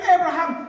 Abraham